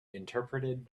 interpreted